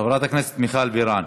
חברת הכנסת מיכל בירן,